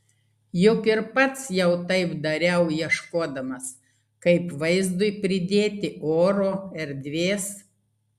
juk ir pats jau taip dariau ieškodamas kaip vaizdui pridėti oro erdvės